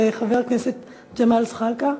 וחבר הכנסת ג'מאל זחאלקה.